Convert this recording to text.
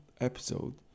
episode